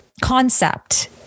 concept